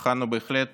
אך אנו בהחלט